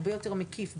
הרבה יותר מקיף,